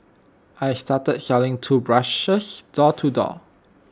I started selling toothbrushes door to door